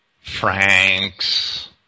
Franks